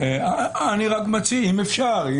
אני מציע, אם אפשר.